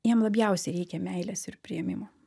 jiem labiausiai reikia meilės ir priėmimo